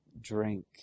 drink